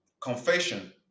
Confession